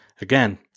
again